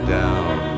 down